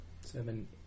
Seven